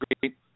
great